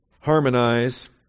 harmonize